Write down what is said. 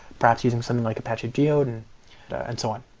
perhaps using something like apache geode and so on